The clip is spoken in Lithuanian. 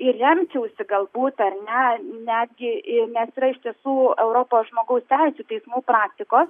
ir remčiausi galbūt ar ne netgi nes yra iš tiesų europos žmogaus teisių teismų praktika